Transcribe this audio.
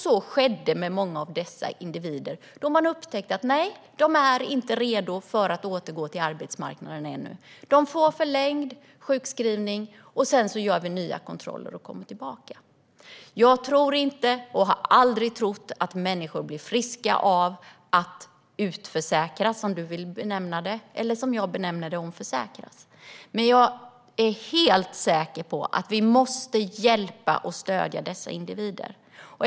Så skedde med många av dessa individer när man upptäckte att de ännu inte var redo för att återgå till arbetsmarknaden. De fick förlängd sjukskrivning. Sedan skulle de komma tillbaka, och nya kontroller skulle göras. Jag tror inte, och har aldrig trott, att människor blir friska av att utförsäkras, som du benämner det, Mathias Tegnér. Omförsäkras benämner jag det. Men jag är helt säker på att vi måste hjälpa och stödja dessa individer.